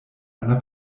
einer